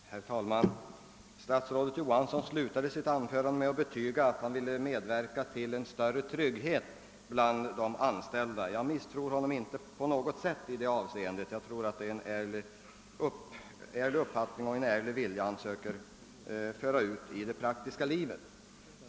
Herr talman! Statsrådet Johansson slutade sitt anförande med att betyga att han ville medverka till en större trygghet för de anställda. Jag misstror honom inte på något sätt i det avseendet; jag tror att det är en ärlig uppfattning och en ärlig vilja han söker föra ut i det praktiska livet.